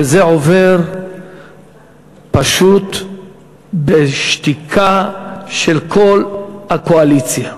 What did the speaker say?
וזה עובר פשוט בשתיקה של כל הקואליציה.